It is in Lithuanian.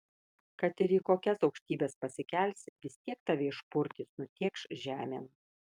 kad ir į kokias aukštybes pasikelsi vis tiek tave išpurtys nutėkš žemėn